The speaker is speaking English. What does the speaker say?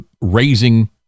raising